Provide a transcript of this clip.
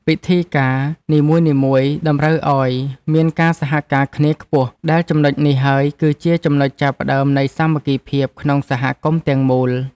ពិធីការនីមួយៗតម្រូវឱ្យមានការសហការគ្នាខ្ពស់ ដែលចំណុចនេះហើយគឺជាចំណុចចាប់ផ្តើមនៃសាមគ្គីភាពក្នុងសហគមន៍ទាំងមូល។